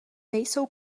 nejsou